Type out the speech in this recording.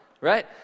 right